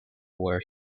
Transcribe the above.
where